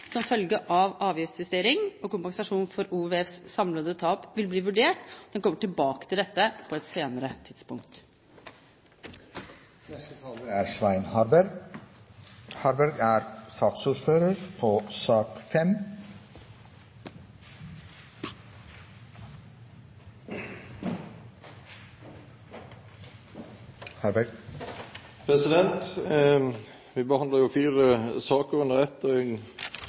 som følge av avgiftsjustering og kompensasjon for OVFs samlede tap vil bli vurdert, og at en kommer tilbake til dette på et senere tidspunkt. Vi behandler jo fire saker under ett, og